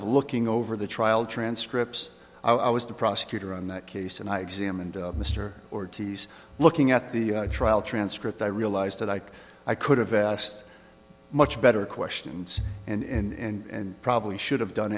of looking over the trial transcripts i was the prosecutor on that case and i examined mr ortiz looking at the trial transcript i realized that ike i could have asked much better questions and probably should have done